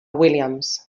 williams